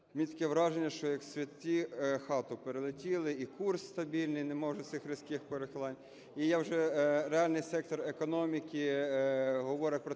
мене таке враження, як святі хату перелетіли, і курс стабільний, немає вже цих різких перехилянь, і вже реальний сектор економіки говорить про